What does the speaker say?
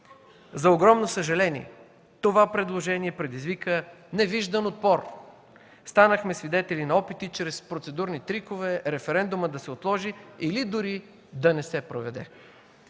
За огромно съжаление, това предложение предизвикан невиждан отпор. Станахме свидетели на опити чрез процедурни трикове референдумът да се отложи или дори да не се проведе.